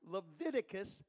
Leviticus